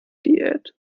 diät